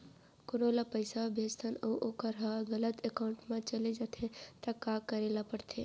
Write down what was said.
कोनो ला पइसा भेजथन अऊ वोकर ह गलत एकाउंट में चले जथे त का करे ला पड़थे?